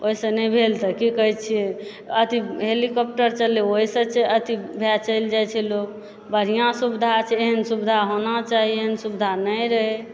ओहिसँ नहि भेल तऽ की कहै छिऐ अथी हेलीकॉप्टर चलए ओहिसँ अथी भए चलि जाइ छै लोक बढ़िआँ सुविधा छै एहन सुविधा होना चाही एहन सुविधा नहि रहए